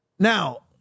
Now